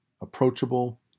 approachable